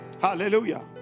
Hallelujah